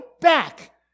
back